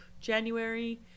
January